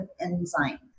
enzyme